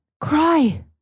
cry